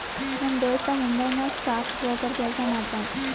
ನಮ್ ದೋಸ್ತ ಮುಂಬೈ ನಾಗ್ ಸ್ಟಾಕ್ ಬ್ರೋಕರ್ ಕೆಲ್ಸಾ ಮಾಡ್ತಾನ